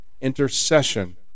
intercession